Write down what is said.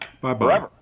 Bye-bye